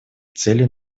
целей